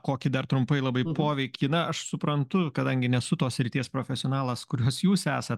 kokį dar trumpai labai poveikį na aš suprantu kadangi nesu tos srities profesionalas kurios jūs esat